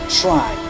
try